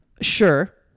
sure